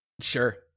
sure